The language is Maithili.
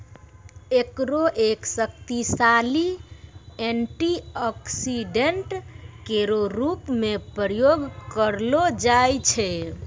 एकरो एक शक्तिशाली एंटीऑक्सीडेंट केरो रूप म प्रयोग करलो जाय छै